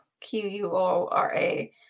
Q-U-O-R-A